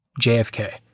JFK